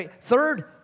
Third